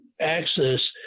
access